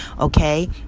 Okay